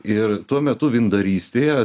ir tuo metu vyndarystėje